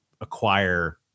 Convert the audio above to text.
acquire